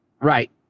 right